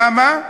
למה?